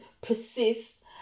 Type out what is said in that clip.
persist